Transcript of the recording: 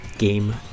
game